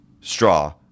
straw